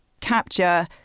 capture